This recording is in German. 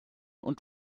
und